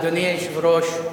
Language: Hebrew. אדוני היושב-ראש,